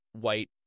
white